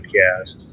podcast